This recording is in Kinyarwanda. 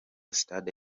stade